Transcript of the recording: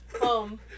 Home